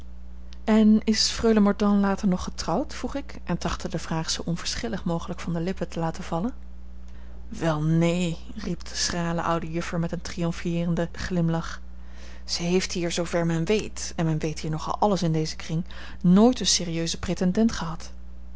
en is freule mordaunt later nog getrouwd vroeg ik en trachtte de vraag zoo onverschillig mogelijk van de lippen te laten vallen wel neen riep de schrale oude juffer met een triomfeerenden glimlach zij heeft hier zoover men weet en men weet hier nogal alles in dezen kring nooit een serieusen pretendent gehad